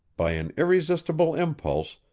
by an irresistible impulse,